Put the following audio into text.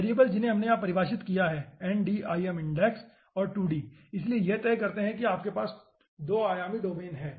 variable जिन्हें हमने यहां परिभाषित किया है ठीक है ndim index और 2d इसलिए ये तय करते हैं कि आपके पास 2 आयामी डोमेन है ठीक है